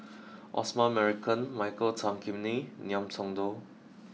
Osman Merican Michael Tan Kim Nei Ngiam Tong Dow